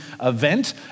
event